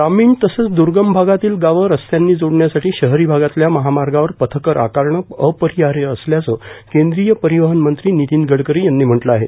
ग्रामीण तसंच दुर्गम भागातली गावं रस्त्यांनी जोडण्यासाठी शहरी भागातल्या महामार्गांवर पथकर आकारणं अपरिहार्य असल्याचं केंद्रीय परिवहन मंत्री नीतीन गडकरी यांनी म्हटलं आहे